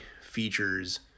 features